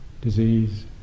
disease